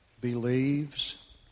believes